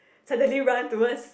suddenly run towards